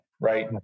right